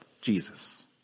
Jesus